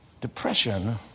Depression